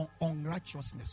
unrighteousness